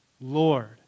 Lord